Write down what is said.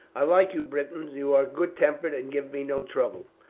i like you britons, you are good tempered, and give me no trouble.